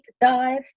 dive